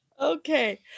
Okay